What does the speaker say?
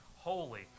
holy